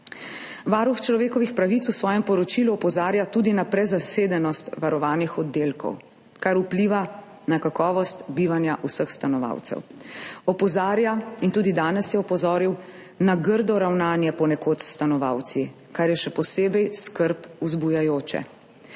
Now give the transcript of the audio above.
Varuh človekovih pravic v svojem poročilu opozarja tudi na prezasedenost varovanih oddelkov, kar vpliva na kakovost bivanja vseh stanovalcev. Opozarja, in tudi danes je opozoril, na ponekod grdo ravnanje s stanovalci, kar je še posebej skrb vzbujajoče.